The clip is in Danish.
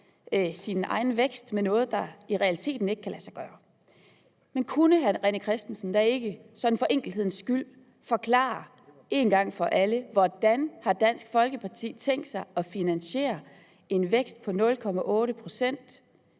sin egen vækst med noget, der i realiteten ikke kan lade sig gøre. Men kunne hr. René Christensen da ikke sådan for enkelhedens skyld forklare en gang for alle, hvordan Dansk Folkeparti har tænkt sig at finansiere en vækst på 0,8 pct.